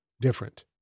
different